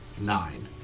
nine